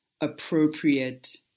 appropriate